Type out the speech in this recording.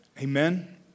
Amen